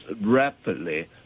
rapidly